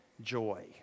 joy